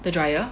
the dryer